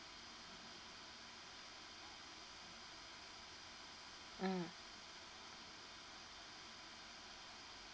mm